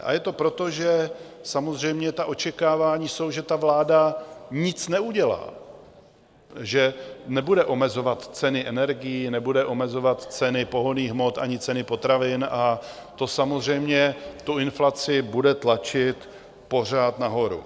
A je to proto, že samozřejmě očekávání jsou, že vláda nic neudělá, že nebude omezovat ceny energií, nebude omezovat ceny pohonných hmot ani ceny potravin, a to samozřejmě bude inflaci tlačit pořád nahoru.